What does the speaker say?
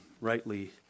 Rightly